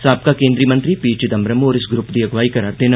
साबका केंद्री मंत्री पी चिदम्बरम होर इस ग्रुप दी अगुवाई करा'रदे न